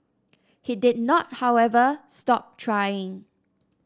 he did not however stop trying